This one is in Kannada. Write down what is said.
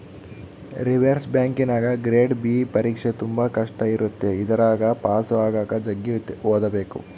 ರಿಸೆರ್ವೆ ಬ್ಯಾಂಕಿನಗ ಗ್ರೇಡ್ ಬಿ ಪರೀಕ್ಷೆ ತುಂಬಾ ಕಷ್ಟ ಇರುತ್ತೆ ಇದರಗ ಪಾಸು ಆಗಕ ಜಗ್ಗಿ ಓದಬೇಕು